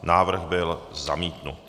Návrh byl zamítnut.